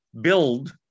build